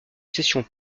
cessions